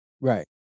Right